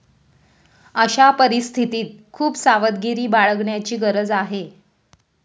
अशा परिस्थितीत खूप सावधगिरी बाळगण्याची गरज आहे